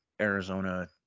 arizona